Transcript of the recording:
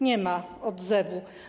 Nie ma odzewu.